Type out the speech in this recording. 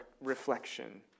reflection